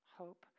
hope